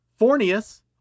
Fornius